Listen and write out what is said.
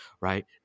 right